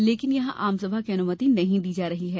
लेकिन यहां आमसभा की अनुमति नहीं दी जा रही है